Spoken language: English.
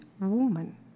woman